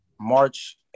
March